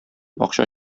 акча